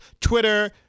Twitter